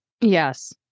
Yes